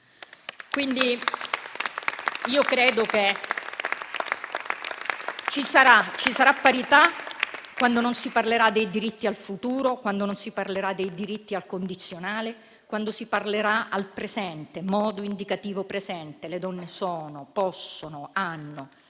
Credo che ci sarà parità quando non si parlerà dei diritti al futuro, quando non si parlerà dei diritti al condizionale, quando si parlerà al presente, al modo indicativo presente: le donne sono, possono, hanno.